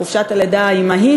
חופשת הלידה האימהית,